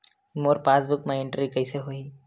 मोर passbook मा entry कइसे होही?